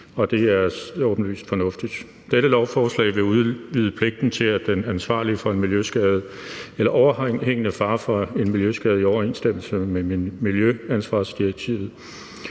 Det er åbenlyst fornuftigt. Dette lovforslag vil udvide pligten til, at den ansvarlige for en miljøskade eller en overhængende fare for en miljøskade i overensstemmelse med miljøansvarsdirektivet